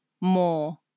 more